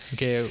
Okay